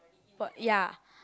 but ya